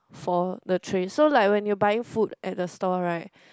for the tray so like when you buying food at the store right